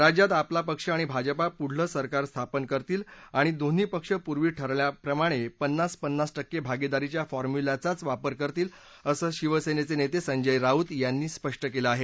राज्यात आपला पक्ष आणि भाजपा पुढलं सरकार स्थापन करतील आणि दोन्ही पक्ष पूर्वी ठरल्याप्रमाणे पन्नास पन्नास टक्के भागीदारीच्या फॉर्म्युल्याचाच वापर करतील असं शिवसेनेचे नेते संजय राऊत यांनी स्पष्ट केलं आहे